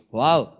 wow